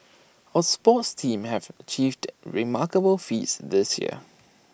our sports teams have achieved remarkable feats this year